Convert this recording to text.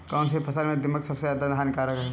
कौनसी फसल में दीमक सबसे ज्यादा हानिकारक है?